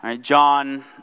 John